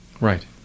Right